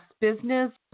business